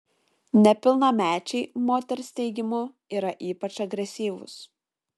nepilnamečiai moters teigimu yra ypač agresyvūs